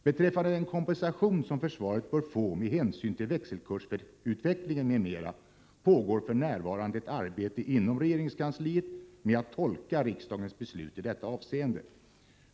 Beträffande den kompensation som försvaret bör få med hänsyn till växelkursutvecklingen m.m. pågår f.n. ett arbete inom regeringskansliet med att tolka riksdagens beslut i detta avseende.